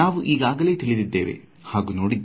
ನಾವು ಈಗಾಗಲೇ ತಿಳಿದಿದ್ದೇವೆ ಹಾಗೂ ನೋಡಿದ್ದೇವೆ